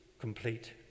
complete